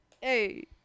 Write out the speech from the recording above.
Hey